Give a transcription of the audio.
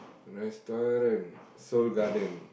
restaurant Seoul-Garden